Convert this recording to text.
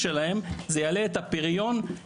לכן אני משתדל מאוד לענות כאשר כשראש מועצה או ראש עיר מתקשר,